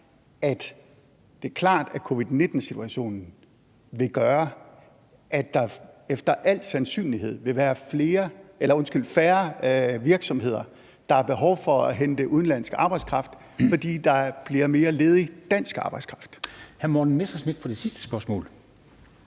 at det er klart, at covid-19-situationen vil gøre, at der efter al sandsynlighed vil være færre virksomheder, der har behov for at hente udenlandsk arbejdskraft, fordi der bliver mere ledig dansk arbejdskraft. Kl. 13:10 Formanden (Henrik